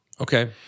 Okay